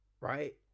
Right